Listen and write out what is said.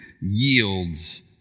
yields